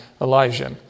Elijah